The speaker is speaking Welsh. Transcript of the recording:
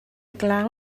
glaw